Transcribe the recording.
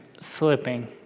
slipping